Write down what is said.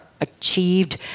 achieved